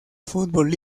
football